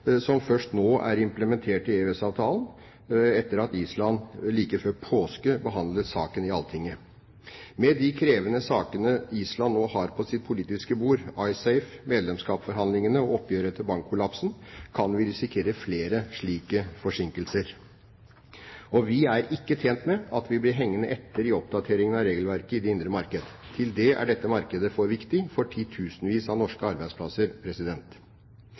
som først nå er implementert i EØS-avtalen etter at Island like før påske behandlet saken i Alltinget. Med de krevende sakene Island nå har på sitt politiske bord, Icesave, medlemskapsforhandlingene og oppgjøret etter bankkollapsen, kan vi risikere flere slike forsinkelser. Vi er ikke tjent med at vi blir hengende etter i oppdateringen av regelverket i det indre marked. Til det er dette markedet for viktig for titusenvis av norske arbeidsplasser.